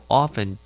often